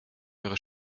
eure